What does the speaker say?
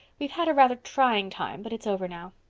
we've had a rather trying time but it's over now.